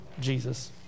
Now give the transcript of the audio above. jesus